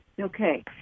Okay